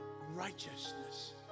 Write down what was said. righteousness